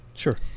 Sure